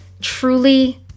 truly